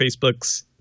Facebook's